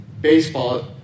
Baseball